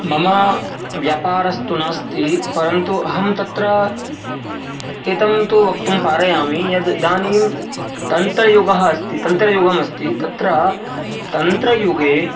मम व्यापारस्तु नास्ति परन्तु अहं तत्र इदं तु वक्तुं पारयामि यत् इदानीं तन्त्रयुगः अस्ति तन्त्रयुगं अस्ति तत्र तन्त्रयुगे